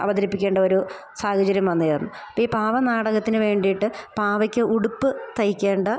അവതരിപ്പിക്കേണ്ടൊരു സാഹചര്യം വന്നു ചേർന്നു അപ്പോൾ ഈ പാവനാടകത്തിന് വേണ്ടിയിട്ട് പാവയ്ക്ക് ഉടുപ്പ് തയ്ക്കേണ്ട